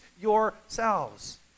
yourselves